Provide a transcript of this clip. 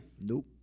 Nope